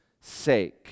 sake